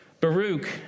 Baruch